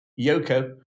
Yoko